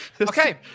Okay